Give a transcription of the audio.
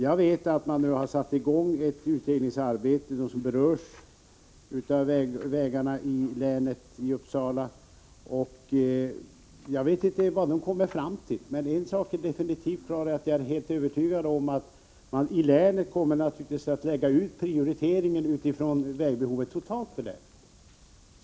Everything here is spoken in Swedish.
Jag vet att de som berörs av vägfrågorna i Uppsala län satt i gång ett utredningsarbete. Jag vet inte vad de kommer fram till, men jag är helt övertygad om att man i länet naturligtvis kommer att prioritera vägarna utifrån vägbehovet totalt i länet.